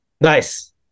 Nice